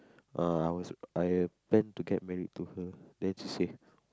uh I was I plan to get married to her then she said